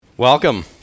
Welcome